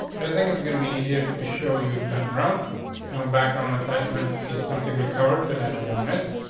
but i think it's gonna be easier to show you background, no background attachment is something recovered, but i don't want it.